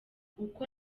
uko